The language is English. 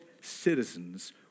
citizens